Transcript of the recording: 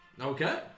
Okay